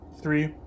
three